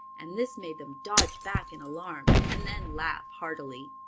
and this made them dodge back in alarm and then laugh heartily.